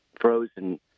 frozen